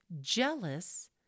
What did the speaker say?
Jealous